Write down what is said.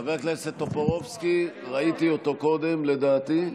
חבר הכנסת טופורובסקי, ראיתי אותו קודם, לדעתי.